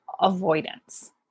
avoidance